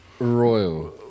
Royal